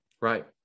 Right